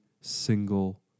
single